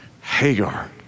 Hagar